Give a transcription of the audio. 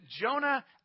Jonah